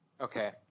Okay